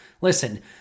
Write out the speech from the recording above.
Listen